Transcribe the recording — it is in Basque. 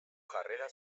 jarrera